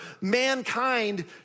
mankind